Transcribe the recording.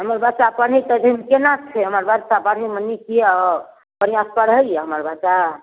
हमर बच्चा पढ़ै तढ़ैमे कोना छै हमर बच्चा पढ़ैमे नीक अइ बढ़िआँसँ पढ़ैए हमर बच्चा